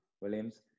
Williams